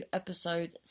episode